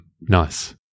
Nice